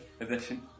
edition